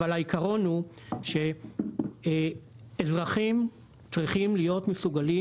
אבל העיקרון הוא שאזרחים צריכים להיות מסוגלים